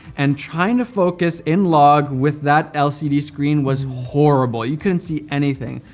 and trying to focus in log with that lcd screen was horrible. you couldn't see anything.